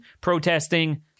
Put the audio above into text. protesting